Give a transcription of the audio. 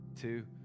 two